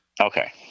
Okay